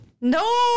No